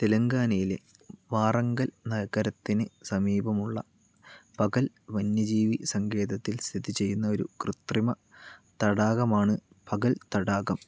തെലുങ്കാനയിലെ വാറങ്കൽ നഗരത്തിന് സമീപമുള്ള പകൽ വന്യജീവി സങ്കേതത്തിൽ സ്ഥിതി ചെയ്യുന്ന ഒരു കൃത്രിമ തടാകമാണ് പകൽ തടാകം